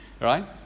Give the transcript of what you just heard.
right